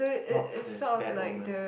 not there's bad omen